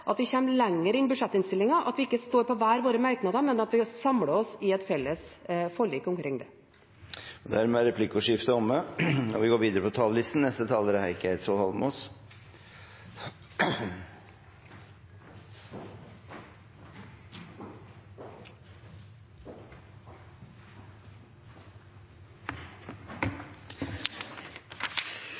at vi kommer lenger enn budsjettinnstillinga, at vi ikke står på hver våre merknader, men samler oss i et felles forlik. Dermed er replikkordskiftet omme. Å redusere klimagassutslippene er ikke et norgesmesterskap, skal Erna Solberg ha sagt. Det blir gjentatt av Tina Bru i dag. Det er